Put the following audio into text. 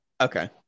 okay